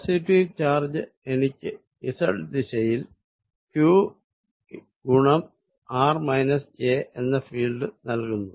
positive charge എനിക്ക് z ദിശയിൽ q എന്ന ഫീൽഡ് നൽകുന്നു